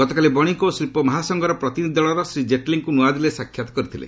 ଗତକାଲି ବଣିକ ଓ ଶିଳ୍ପ ମହାସଂଘର ପ୍ରତିନିଧି ଦଳ ଶ୍ରୀ କ୍ଷେଟଲୀଙ୍କୁ ନୂଆଦିଲ୍ଲୀରେ ସାକ୍ଷାତ କରିଥିଲେ